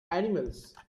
animals